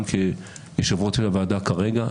גם כיושב-ראש של הוועדה כרגע,